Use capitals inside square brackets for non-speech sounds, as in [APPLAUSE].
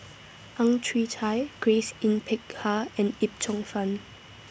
[NOISE] Ang Chwee Chai Grace Yin Peck Ha and Yip Cheong Fun